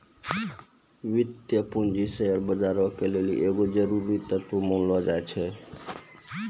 वित्तीय पूंजी शेयर बजारो के लेली एगो जरुरी तत्व मानलो जाय छै